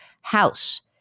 House